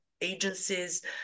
agencies